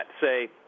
say